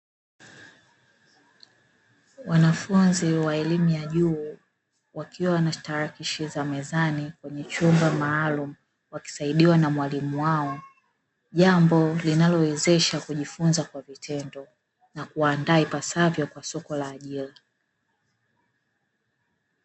Wanafunzi wa elimu ya juu, wakiwa na tarakishi za mezani kwenye chumba maalumu, wakisaidiwa na mwalimu wao, jambo linalowezesha kujifunza kwa vitendo, na kuwaandaa ipasavyo kwa soko la ajira.